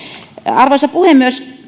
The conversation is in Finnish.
arvoisa puhemies